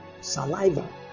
saliva